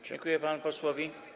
Dziękuję panu posłowi.